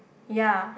ya